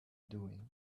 doing